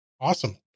Awesome